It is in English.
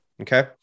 okay